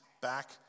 back